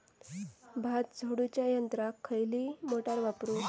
भात झोडूच्या यंत्राक खयली मोटार वापरू?